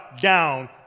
down